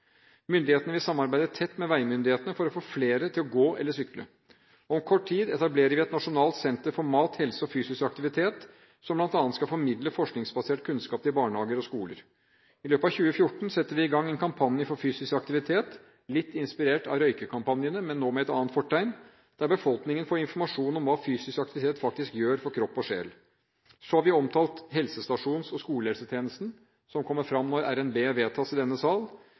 Helsemyndighetene vil samarbeide tett med veimyndighetene for å få flere til å gå eller sykle. Om kort tid etablerer vi et nasjonalt senter for mat, helse og fysisk aktivitet, som bl.a. skal formidle forskningsbasert kunnskap til barnehager og skoler. I løpet av 2014 setter vi i gang en kampanje for fysisk aktivitet – litt inspirert av røykekampanjene, men nå med et annet fortegn – der befolkningen får informasjon om hva fysisk aktivitet faktisk gjør for kropp og sjel. Så har vi omtalt helsestasjons- og skolehelsetjenesten, som kommer fram når revidert nasjonalbudsjett vedtas i denne sal.